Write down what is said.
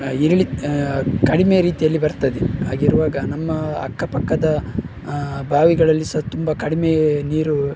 ಹೇಳಿ ಕಡಿಮೆ ರೀತಿಯಲ್ಲಿ ಬರ್ತದೆ ಹಾಗಿರುವಾಗ ನಮ್ಮ ಅಕ್ಕಪಕ್ಕದ ಬಾವಿಗಳಲ್ಲಿ ಸಹ ತುಂಬ ಕಡಿಮೆ ನೀರು